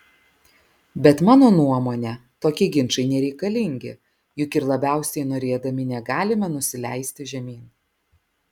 bet mano nuomone tokie ginčai nereikalingi juk ir labiausiai norėdami negalime nusileisti žemyn